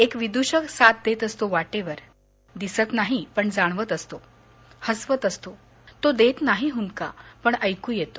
एक विदुषक साथ देत असतो वाटेवर दिसत नाही पण जाणवत असो हसवत असतो तो देत नाही हुंदका पण ऐकू येतो